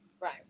Right